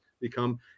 become